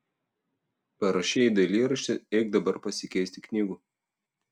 parašei dailyraštį eik dabar pasikeisti knygų